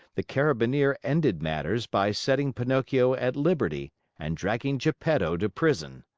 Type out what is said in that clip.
the carabineer ended matters by setting pinocchio at liberty and dragging geppetto to prison.